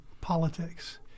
politics